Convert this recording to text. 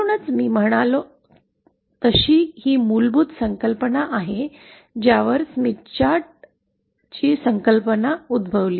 म्हणूनच मी म्हणालो तशी ही स्मिथ चार्टची मूलभूत संकल्पना आहे ज्यावर स्मिथ चार्टची संकल्पना उद्भवली